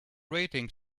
rating